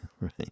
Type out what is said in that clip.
right